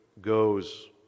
goes